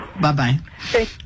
bye-bye